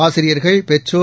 ஆசிரியர்கள் பெற்றோர்